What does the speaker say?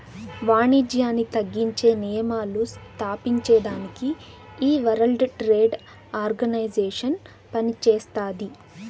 వానిజ్యాన్ని తగ్గించే నియమాలు స్తాపించేదానికి ఈ వరల్డ్ ట్రేడ్ ఆర్గనైజేషన్ పనిచేస్తాది